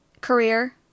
career